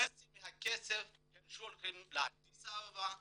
חצי מהכסף הם שולחים לאדיס אבבה ולגונדר.